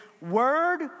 word